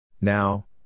Now